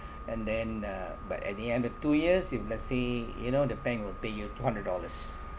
and then uh but at the end of two years if let's say you know the bank will pay you two hundred dollars